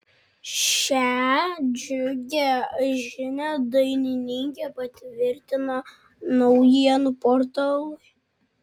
šią džiugią žinią dainininkė patvirtino naujienų portalui